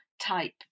type